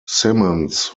symons